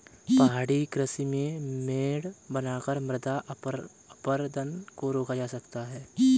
पहाड़ी कृषि में मेड़ बनाकर मृदा अपरदन को रोका जाता है